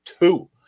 two